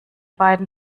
beiden